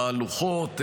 תהלוכות,